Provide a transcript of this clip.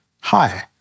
Hi